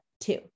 two